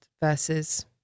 versus